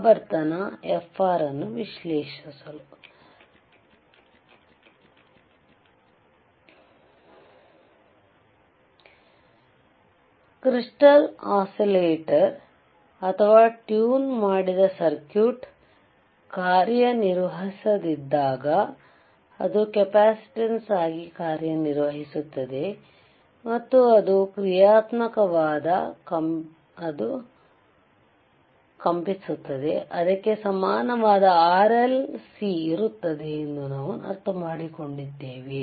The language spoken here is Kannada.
ಆವರ್ತನ Fr ವನ್ನು ವಿಶ್ಲೇಷಿಸಲು ಆದ್ದರಿಂದ ಕ್ರಿಸ್ಟಾಲ್ ಒಸಿಲೇಟಾರ್ ಅಥವಾ ಟ್ಯೂನ್ ಮಾಡಿದ ಸರ್ಕ್ಯೂಟ್ ಕಾರ್ಯನಿರ್ವಹಿಸದಿದ್ದಾಗ ಅದು ಕೆಪಾಸಿಟನ್ಸ್ ಆಗಿ ಕಾರ್ಯನಿರ್ವಹಿಸುತ್ತದೆ ಮತ್ತು ಅದು ಕ್ರಿಯಾತ್ಮಕವಾದಾಗ ಅದು ಕಂಪಿಸುವಾಗ ಅದಕ್ಕೆ ಸಮಾನವಾದ R L ಮತ್ತು C ಇರುತ್ತದೆ ಎಂದು ನಾವು ಅರ್ಥಮಾಡಿಕೊಂಡಿದ್ದೇವೆ